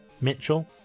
Mitchell